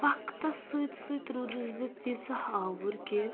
وَقتَس سۭتۍ سۭتۍ روٗدٕس بہٕ تیٖژاہ آوُر کہِ